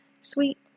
sweet